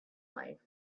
life